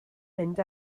mynd